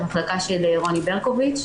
המחלקה של רוני ברקוביץ,